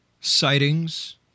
sightings